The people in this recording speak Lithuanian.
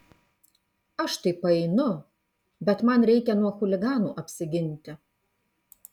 aš tai paeinu bet man reikia nuo chuliganų apsiginti